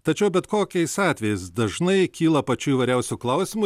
tačiau bet kokiais atvejais dažnai kyla pačių įvairiausių klausimų